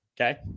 okay